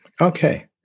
Okay